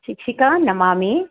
शिक्षिके Namami